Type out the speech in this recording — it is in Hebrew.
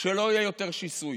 שלא יהיה יותר שיסוי,